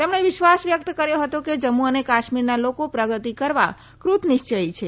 તેમણે વિશ્વાસ વ્યકત કર્યો હતો કે જમ્મુ અને કાશ્મીરના લોકો પ્રગતિ કરવા કૃતનિશ્ચયી છે